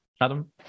Adam